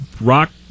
rock